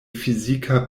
fizika